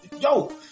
yo